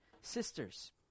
sisters